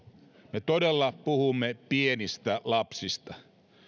me todella puhumme pienistä lapsista